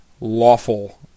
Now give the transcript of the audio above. lawful